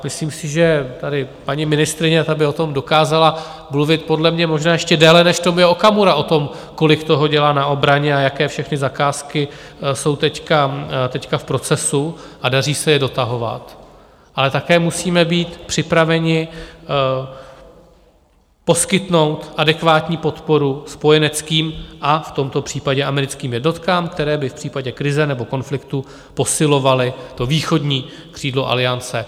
Myslím si, že tady paní ministryně, ta by o tom dokázala mluvit podle mě možná ještě déle než Tomio Okamura, o tom, kolik toho dělá na obraně a jaké všechny zakázky jsou teď v procesu a daří se je dotahovat, ale také musíme být připraveni poskytnout adekvátní podporu spojeneckým a v tomto případě americkým jednotkám, které by v případě krize nebo konfliktu posilovaly východní křídlo Aliance.